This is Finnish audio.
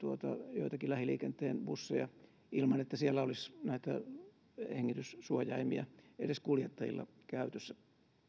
joitakin lähiliikenteen busseja ilman että siellä olisi näitä hengityssuojaimia edes kuljettajilla käytössä